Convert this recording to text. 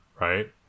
right